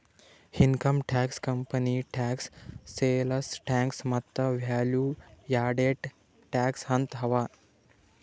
income tax, company tax, sales tax ಮತ್ತ value added tax ಅಂತ್ ಅವಾ